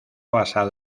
basado